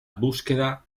búsqueda